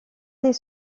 les